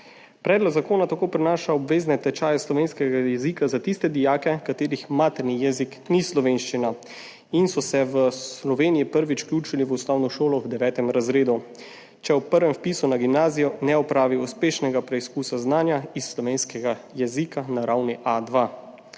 Predlog zakona tako prinaša obvezne tečaje slovenskega jezika za tiste dijake, katerih materni jezik ni slovenščina in so se v Sloveniji prvič vključili v osnovno šolo v 9. razredu, če ob prvem vpisu na gimnazijo ne opravijo uspešnega preizkusa znanja iz slovenskega jezika na ravni A2.